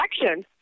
election